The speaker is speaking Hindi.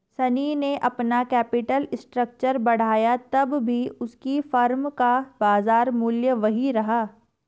शनी ने अपना कैपिटल स्ट्रक्चर बढ़ाया तब भी उसकी फर्म का बाजार मूल्य वही रहा